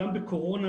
גם בקורונה,